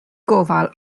gofal